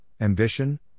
ambition